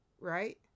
Right